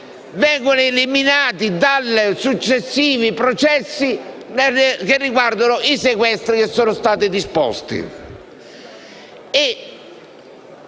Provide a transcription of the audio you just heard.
vengono eliminati dai successivi processi, che riguardano i sequestri che sono stati disposti.